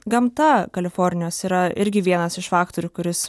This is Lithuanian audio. gamta kalifornijos yra irgi vienas iš faktorių kuris